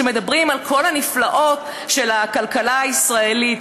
שמדברים על כל הנפלאות של הכלכלה הישראלית.